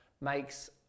makes